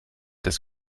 des